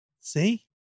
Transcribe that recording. See